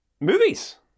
movies